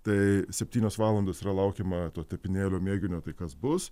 tai septynios valandos yra laukiama to tepinėlio mėginio tai kas bus